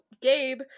Gabe